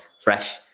fresh